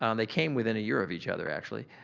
um they came within a year of each other actually.